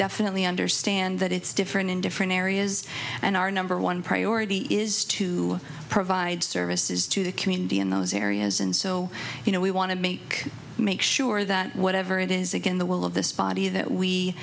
definitely understand that it's different in different areas and our number one priority is to provide services to the community in those areas and so you know we want make make sure that whatever it is again the will of this body that we